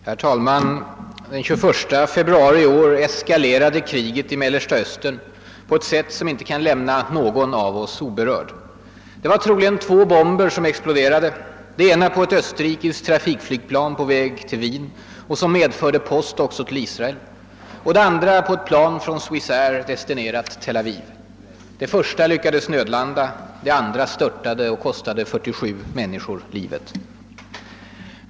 Herr talman! Den 21 februari i år eskalerade kriget i Mellersta Östern på ett sätt som inte kan lämna någon av oss oberörd. Det var troligen två bomber som exploderade — den ena på ett österrikiskt trafikplan på väg till Wien medförande post också till Israel, den andra på ett plan tillhörigt Swissair och destinerat till Tel Aviv. Det första lyckades nödlanda. Det andra störtade och kostade 47 människor livet.